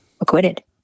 acquitted